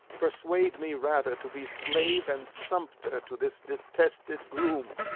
persuade me rather to be slave and sumpter to this detested groom.